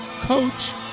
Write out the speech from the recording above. coach